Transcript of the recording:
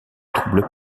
trouble